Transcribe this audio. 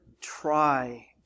try